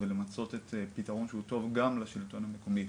ולמצות את הפתרון שהוא טוב גם בעיני השלטון המקומי,